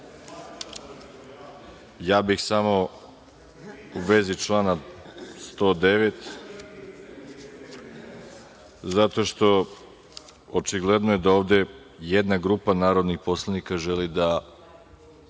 bih samo u vezi člana 109, zato što je očigledno da ovde jedna grupa narodnih poslanika želi da